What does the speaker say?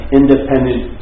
independent